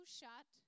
shut